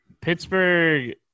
Pittsburgh